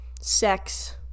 sex